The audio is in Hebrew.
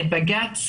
בבג"ץ,